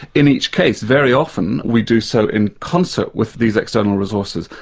in each case, very often, we do so in concert with these external resources.